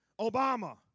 Obama